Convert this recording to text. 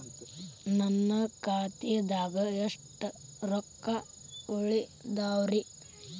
ನನ್ನ ಖಾತೆದಾಗ ಎಷ್ಟ ರೊಕ್ಕಾ ಉಳದಾವ್ರಿ?